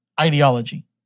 ideology